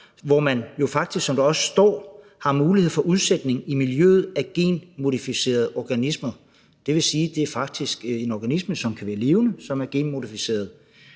hvor man jo faktisk, som der også står, har mulighed for udsætning af genmodificerede organismer i miljøet. Det vil sige, at det faktisk er en organisme, som kan være levende, og som er genmodificeret.